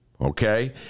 Okay